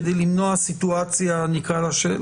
כדי למנוע סיטואציה של,